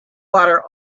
water